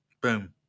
Boom